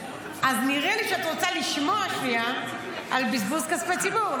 אז נראה לי שאת רוצה לשמוע שנייה על בזבוז כספי ציבור,